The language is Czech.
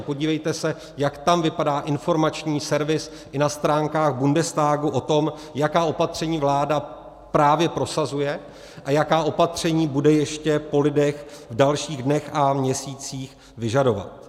Podívejte se, jak tam vypadá informační servis i na stránkách Bundestagu o tom, jaká opatření vláda právě prosazuje a jaká opatření bude ještě po lidech v dalších dnech a měsících vyžadovat.